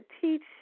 teach